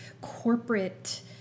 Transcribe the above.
corporate